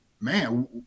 man